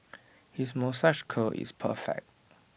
his moustache curl is perfect